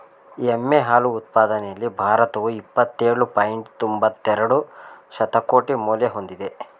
ಎಮ್ಮೆ ಹಾಲು ಉತ್ಪಾದನೆಯಲ್ಲಿ ಭಾರತವು ಇಪ್ಪತ್ತೇಳು ಪಾಯಿಂಟ್ ತೊಂಬತ್ತೆರೆಡು ಶತಕೋಟಿ ಮೌಲ್ಯ ಹೊಂದಿದೆ